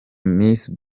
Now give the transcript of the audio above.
miss